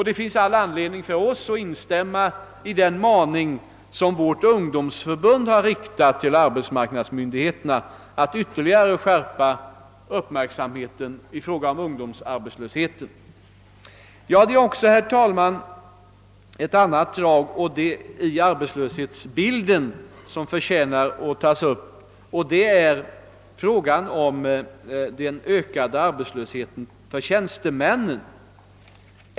Det finns all anledning för oss att instämma i den maning som vårt ungdomsförbund har riktat till arbetsmarknadsmyndigheterna att ytterligare skärpa uppmärksamheten i fråga om ungdomsarbetslösheten. Det är också, herr talman, ett annat drag i arbetslöshetsbilden som förtjänar att tagas upp, och det är frågan om den ökade arbetslösheten för tjänstemän.